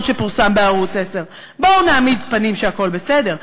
שפורסם בערוץ 10. בואו נעמיד פנים שהכול בסדר.